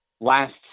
last